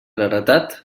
heretat